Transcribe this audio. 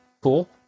cool